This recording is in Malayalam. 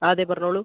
ആ അതെ പറഞ്ഞോളൂ